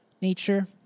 nature